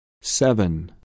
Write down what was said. Seven